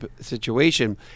situation